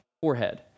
forehead